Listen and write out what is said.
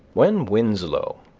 when winslow,